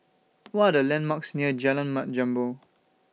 What Are The landmarks near Jalan Mat Jambol